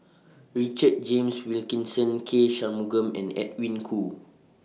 Richard James Wilkinson K Shanmugam and Edwin Koo